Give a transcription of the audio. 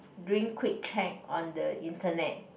doing quick check on the internet